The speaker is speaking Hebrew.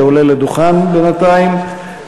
שעולה לדוכן בינתיים,